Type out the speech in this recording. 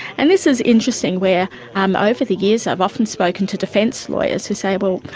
and this is interesting where um over the years i have often spoken to defence lawyers who say, well,